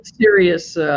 serious